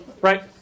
Right